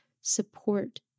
support